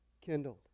kindled